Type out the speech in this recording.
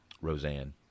Roseanne